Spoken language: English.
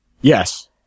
Yes